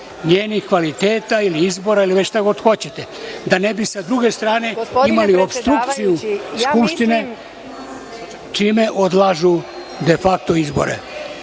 njenih kvaliteta ili izbora, ili već šta god hoćete, da ne bi sa druge strane imali opstrukciju Skupštine, čime odlažu de fakto izbore.